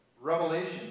Revelation